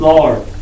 Lord